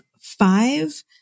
five